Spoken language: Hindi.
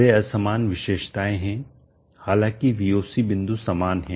वे असमान विशेषताएं हैं हालांकि VOC बिंदु समान है